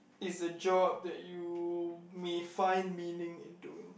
is a job that you may find meaning into in